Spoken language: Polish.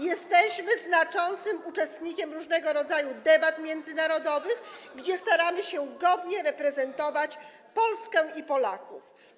Jesteśmy znaczącym uczestnikiem różnego rodzaju debat międzynarodowych, podczas których staramy się godnie reprezentować Polskę i Polaków.